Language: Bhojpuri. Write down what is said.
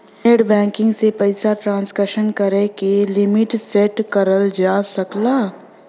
नेटबैंकिंग से पइसा ट्रांसक्शन करे क लिमिट सेट करल जा सकला